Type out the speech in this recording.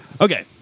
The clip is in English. Okay